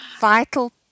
vital